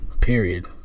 period